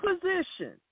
position